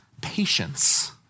patience